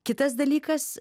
kitas dalykas